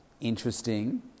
interesting